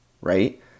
Right